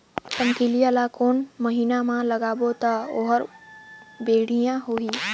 रमकेलिया ला कोन महीना मा लगाबो ता ओहार बेडिया होही?